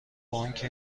بانک